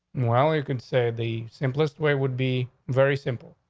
well, you could say the simplest way would be very simple.